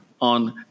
On